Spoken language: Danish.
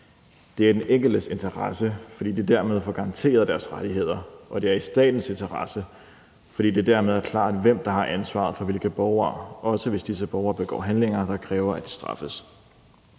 Det er i den enkeltes interesse, fordi de dermed får garanteret deres rettigheder, og det er i statens interesse, fordi det dermed er klart, hvem der har ansvaret for hvilke borgere, også hvis disse borgere begår handlinger, der kræver, at de straffes.